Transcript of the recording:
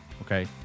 okay